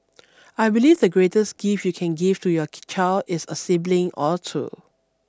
I believe the greatest gift you can give to your child is a sibling or two